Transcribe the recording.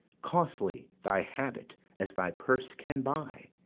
costly thy habit as thy purse can buy,